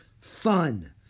Fun